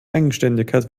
eigenständigkeit